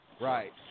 Right